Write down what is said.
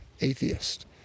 atheist